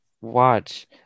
watch